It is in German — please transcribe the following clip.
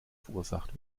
verursacht